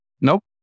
Nope